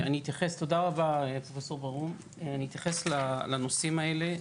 זה באמת התקף לב חריף שבתי החולים כן יכולים לטפל בזה.